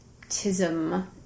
tism